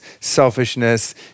selfishness